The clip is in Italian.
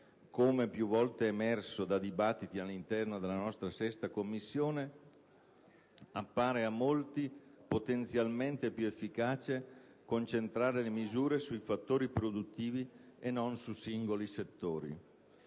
Come più volte emerso da dibattiti all'interno della nostra 6a Commissione, appare a molti potenzialmente più efficace concentrare le misure sui fattori produttivi e non su singoli settori.